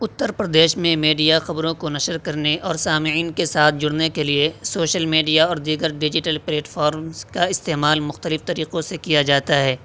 اتر پردیش میں میڈیا خبروں کو نشر کرنے اور سامعین کے ساتھ جڑنے کے لیے سوشل میڈیا اور دیگر ڈیجیٹل پلیٹفارمس کا استعمال مختلف طریقوں سے کیا جاتا ہے